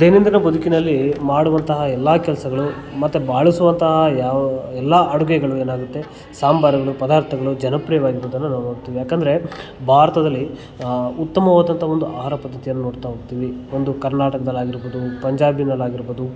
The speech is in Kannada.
ದೈನಂದಿನ ಬದುಕಿನಲ್ಲಿ ಮಾಡುವಂತಹ ಎಲ್ಲಾ ಕೆಲಸಗಳು ಮತ್ತು ಬಾಳಿಸುವಂತಹ ಯಾವ ಎಲ್ಲ ಅಡುಗೆಗಳು ಏನಾಗುತ್ತೆ ಸಾಂಬಾರುಗಳು ಪದಾರ್ಥಗಳು ಜನಪ್ರಿಯವಾಗಿರೋದನ್ನು ನಾವು ನೋಡ್ತಿವಿ ಯಾಕಂದರೆ ಭಾರತದಲ್ಲಿ ಆ ಉತ್ತಮವಾದಂಥ ಒಂದು ಆಹಾರ ಪದ್ಧತಿಯನ್ನು ನೋಡ್ತಾ ಹೋಗ್ತಿವಿ ಒಂದು ಕರ್ನಾಟಕದಲ್ಲಾಗಿರ್ಬೊದು ಪಂಜಾಬಿನಲ್ಲಾಗಿರ್ಬೊದು